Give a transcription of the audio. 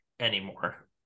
anymore